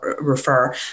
refer